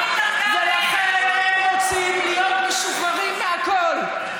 ולכן הם רוצים להיות משוחררים מהכול.